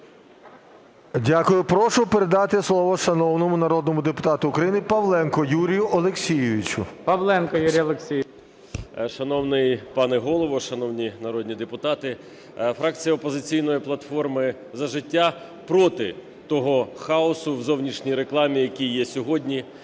Дякую. Прошу передати слово шановному народному депутату України Павленку Юрію Олексійовичу. ГОЛОВУЮЧИЙ. Павленко Юрій Олексійович. 11:32:51 ПАВЛЕНКО Ю.О. Шановний пане Голово, шановні народні депутати, фракція "Опозиційної платформи - За життя" проти того хаосу в зовнішній рекламі, який є сьогодні.